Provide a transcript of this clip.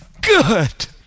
good